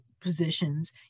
positions